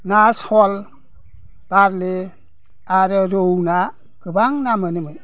ना सल बारलि आरो रौ ना गोबां ना मोनोमोन